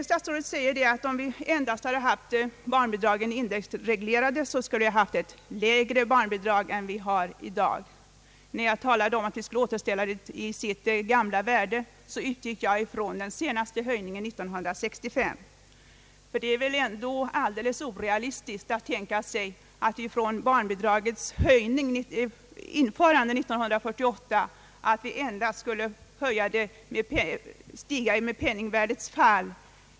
Statsrådet säger att om vi endast hade haft barnbidragen indexreglerade, skulle vi ha haft lägre barnbidrag än vi har i dag. När jag talade om att vi skulle återställa dem till deras gamla värde utgick jag från den senaste höjningen 1965. Det är väl alldeles orealistiskt att tänka sig att vi från barnbidragens införande 1948 endast skulle höja dem med vad som motsvarar penningvärdets fall.